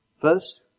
First